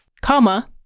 comma